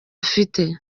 afite